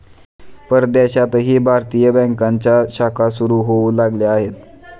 परदेशातही भारतीय बँकांच्या शाखा सुरू होऊ लागल्या आहेत